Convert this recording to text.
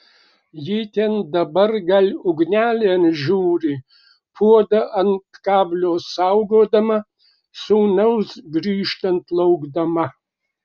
ji ten dabar gal ugnelėn žiūri puodą ant kablio saugodama sūnaus grįžtant laukdama